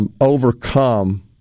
Overcome